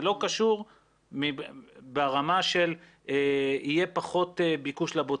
זה לא קשור ברמה של יהיה פחות ביקוש לבוצה.